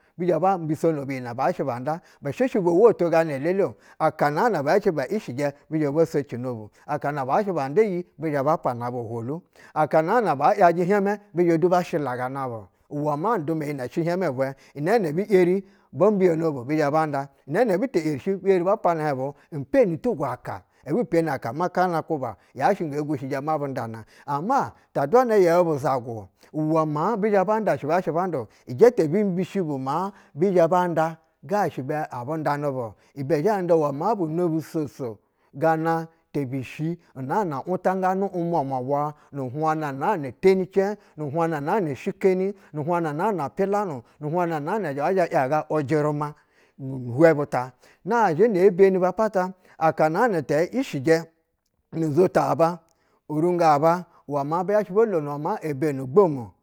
Bizhɛ bo mbisono bu iyi nɛba shɛ banda. bɛ shɛshɛ bo wuto gana lele-o akana naana ba shɛ bɛ ishijɛ bizhɛ bo sociinobu, akana ba shɛ banda iyi bi zhe ba pana bu ohwolu aka naa na ba yajɛ hiɛmɛ bi zhɛ du ba shi laga na bu uwɛ maa duma iyi nɛ shɛ hiɛmɛ bwɛ inɛɛbi’yeri bo mbiyono bu bi zhɛ ba nda, inɛɛ ebi te’yeri shi bi zhɛbɛ hiɛɧ bu n peni tugwo aka, ebu peni aka ma kana kwaba, yashɛ ge gushiji nzhɛ ma bu ndana. Ama ta dwana yɛu bu zagu-o uwɛ maa bi zhɛ ba nƌa shɛ bizha shɛ ba nda-o. Ijɛtɛ ebi mbishi bu maa bi zhɛ banƌa ga shɛ ibɛ abu ndanɛ bu ibɛ zhɛ nda maa bu no bu soso gana te bishi unaa na wutanganɛ umwaniwa bwa nu hwana naa na teni cɛb, nu hwana naana shikeni, nu hwana naana pilanu, nu hwana naa na yɛ zhɛ ‘yaga ujɛruma a ihwɛ bu ta! Nazhɛ ye beni apata akana tɛ ishijɛ nujita ba, nu ningo aba uwɛ ma bu zhashɛ bolono maa ebeni gbomu-o.